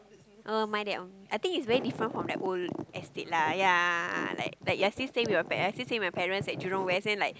oh my that um I think its very different from the old estate lah ya like that I still stay with I still stay with pare~ my parents stay at Jurong-West like